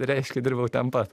reiškia dirbau ten pat